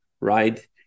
right